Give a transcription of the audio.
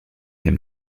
him